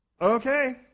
Okay